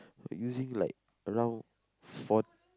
using like around for~